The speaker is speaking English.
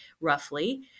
roughly